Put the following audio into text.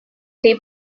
they